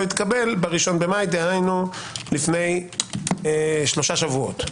התקבל ב-1.5 דהיינו לפני שלושה שבועות.